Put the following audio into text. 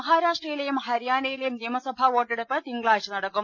മഹാരാഷ്ട്രയിലെയും ഹരിയാനയിലെയും നിയ്മസഭാ വോട്ടെ ടുപ്പ് തിങ്കളാഴ്ച നടക്കും